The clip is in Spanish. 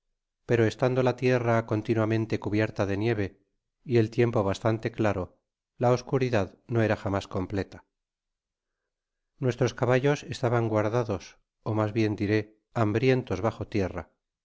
pero estando la tierra continuamente cubierta de nieve y el tiempo bastante claro la oscuridad no era jamás completa vuestros caballos estaban guardados ó mas bien diré hambrientos bajo tierra